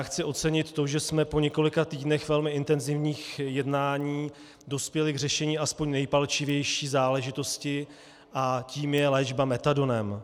Chci ocenit to, že jsme po několika týdnech velmi intenzivních jednání dospěli k řešení aspoň nejpalčivější záležitosti a tou je léčba metadonem.